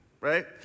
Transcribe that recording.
right